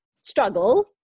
struggle